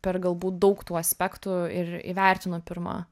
per galbūt daug tų aspektų ir įvertinu pirma